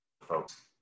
folks